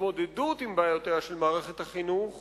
התמודדות עם בעיותיה של מערכת החינוך